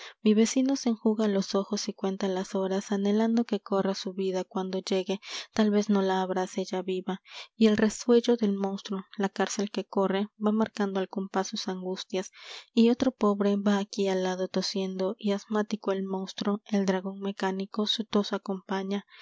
mi vecino se enjuga los ojos y cuenta las horas anhelando que corra su vida cuando llegue tal vez no la abrace ya viva y el resuello del monstruo la cárcel que corre va marcando'al compás sus angustias y otro pobre va aquí al lado tosiendo y asmático el monstruo el dragón mecánico su tos acompaña